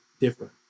different